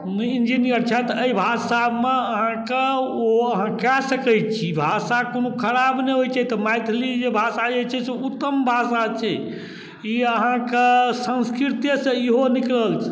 engineer छथि एहि भाषामे अहाँके ओ अहाँ कए सकै छी भाषा कोनो खराब नहि होइ छै तऽ मैथिली जे भाषा जे छै से उत्तम भाषा छै ई अहाँके संस्कृतेसँ इहो निकलल